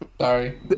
Sorry